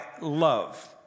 love